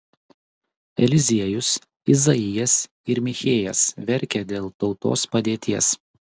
eliziejus izaijas ir michėjas verkė dėl tautos padėties